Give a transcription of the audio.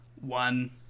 one